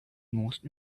most